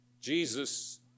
Jesus